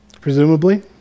presumably